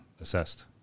assessed